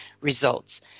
results